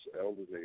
elderly